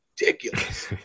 ridiculous